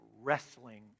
wrestling